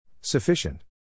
Sufficient